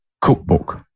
cookbook